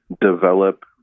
develop